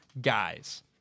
guys